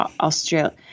Australia